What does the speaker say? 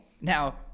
Now